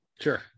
Sure